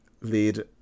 lead